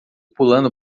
pulando